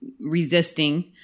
resisting